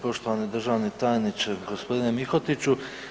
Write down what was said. Poštovani državni tajniče gospodine Mihotiću.